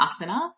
asana